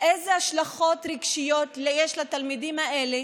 מה ההשלכות רגשיות שיש על התלמידים האלה,